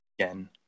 again